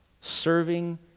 serving